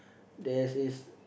there's this